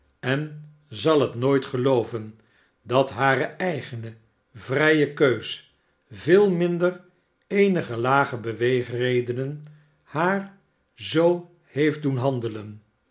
en zal het nooit gelooven dat hare eigene vrije keus veel minder eenige lage beweegreden haar zoo heeft doen handelen